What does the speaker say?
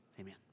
Amen